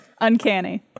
Uncanny